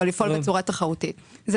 אבל